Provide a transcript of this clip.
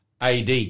AD